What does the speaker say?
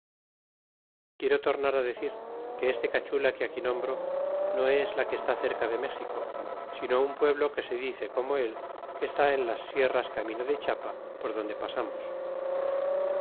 quiero tornar d e c ir que este cachula que aquí nombro ne es la que está cerca de méxico sino un pueblo que se dice coma él que está en las sierras camine de chiapa por donde pasamos